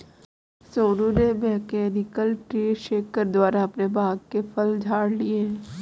सोनू ने mechanical tree shaker द्वारा अपने बाग के फल झाड़ लिए है